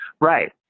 Right